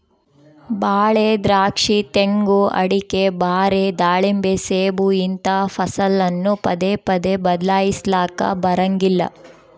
ಬಾಳೆ, ದ್ರಾಕ್ಷಿ, ತೆಂಗು, ಅಡಿಕೆ, ಬಾರೆ, ದಾಳಿಂಬೆ, ಸೇಬು ಇಂತಹ ಫಸಲನ್ನು ಪದೇ ಪದೇ ಬದ್ಲಾಯಿಸಲಾಕ ಬರಂಗಿಲ್ಲ